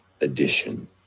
edition